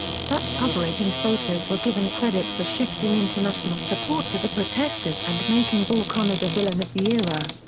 such coverage and photos were given credit for shifting international support to the protesters and making bull connor the villain of the era.